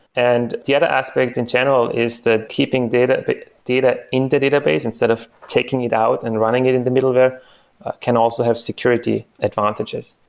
and the other aspect in general is that keeping data data in the database instead of taking it out and running it in the middleware can also have security advantages.